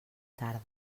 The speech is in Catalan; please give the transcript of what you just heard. tarda